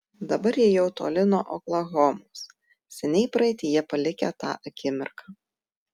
dabar jie jau toli nuo oklahomos seniai praeityje palikę tą akimirką